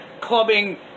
clubbing